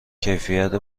کیفیت